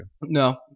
No